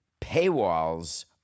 Paywalls